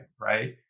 right